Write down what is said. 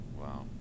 Wow